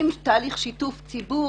עם תהליך שיתוף ציבור,